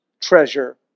treasure